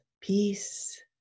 peace